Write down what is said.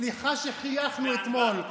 סליחה שחייכנו אתמול,